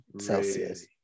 Celsius